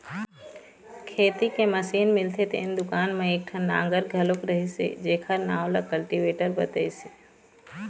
खेती के मसीन मिलथे तेन दुकान म एकठन नांगर घलोक रहिस हे जेखर नांव ल कल्टीवेटर बतइस हे